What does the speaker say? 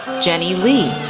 jenny li,